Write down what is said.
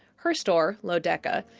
her store, lodekka,